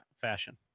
fashion